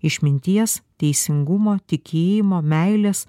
išminties teisingumo tikėjimo meilės